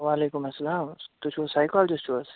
وعلیکُم اسلام تُہۍ چھُو حظ سایکالجِسٹ حظ